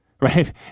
right